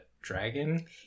dragon